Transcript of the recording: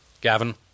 Gavin